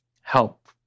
help